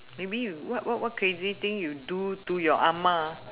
maybe what what what crazy thing you do to your ah-ma